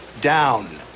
down